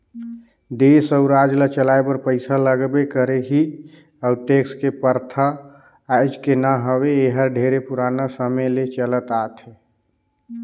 देस अउ राज ल चलाए बर पइसा लगबे करही अउ टेक्स के परथा आयज के न हवे एहर ढेरे पुराना समे ले चलत आथे